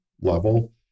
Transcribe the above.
level